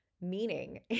meaning